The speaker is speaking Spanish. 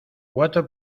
cuatro